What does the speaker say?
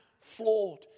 flawed